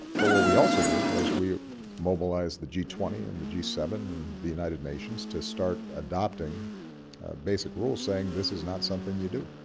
but what we also did was we mobilized the g twenty, and the g seven, and the united nations, to start adopting basic rules saying this is not something you do.